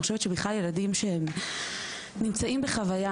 אני חושבת שבכלל ילדים נמצאים בחוויה